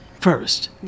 first